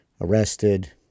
arrested